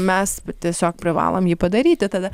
mes tiesiog privalom jį padaryti tada